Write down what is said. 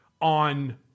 on